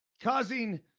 causing